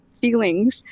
feelings